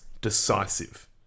decisive